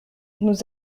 nous